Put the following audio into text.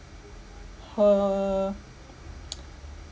her